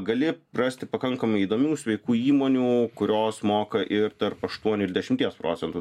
gali rasti pakankamai įdomių sveikų įmonių kurios moka ir tarp aštuonių ir dešimties procentų